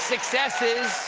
successes.